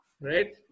Right